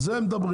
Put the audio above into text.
על זה הם מדברים,